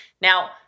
Now